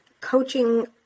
coaching